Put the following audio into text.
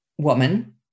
woman